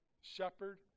shepherd